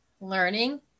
learning